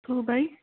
two by